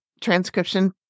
transcription